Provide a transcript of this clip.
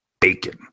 bacon